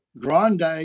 Grande